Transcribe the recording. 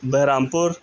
Behrampur